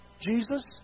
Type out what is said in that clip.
Jesus